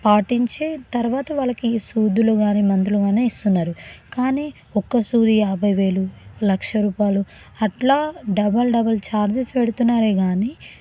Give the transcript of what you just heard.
పాటించి తర్వాత వాళ్ళకి సూదులు కానీ మందులు కానీ ఇస్తున్నారు కానీ ఒక్క సూది యాభై వేలు లక్ష రూపాయలు అట్లా డబల్ డబల్ చార్జెస్ పెడుతున్నారే కానీ